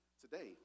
today